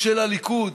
של הליכוד